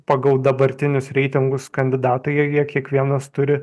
pagal dabartinius reitingus kandidatai joje kiekvienas turi